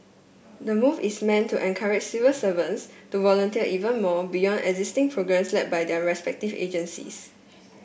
the move is meant to encourage civil servants to volunteer even more beyond existing programmes led by their respective agencies